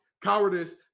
Cowardice